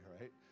right